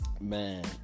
man